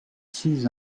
six